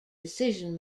decision